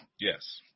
Yes